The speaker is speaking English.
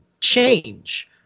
change